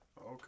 Okay